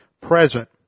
present